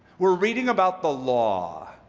we're reading about the law,